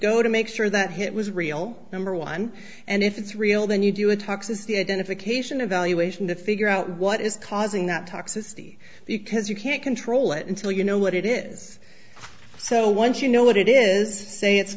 go to make sure that hit was real number one and if it's real then you do a toxicity identification of valuation to figure out what is causing that toxicity because you can't control it until you know what it is so once you know what it is say it's